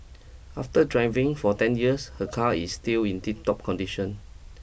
after driving for ten years her car is still in tiptop condition